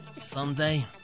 Someday